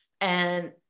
and-